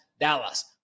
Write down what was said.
Dallas